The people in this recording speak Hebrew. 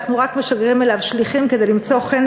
אנחנו רק משגרים אליו שליחים כדי למצוא חן